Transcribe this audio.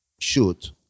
shoot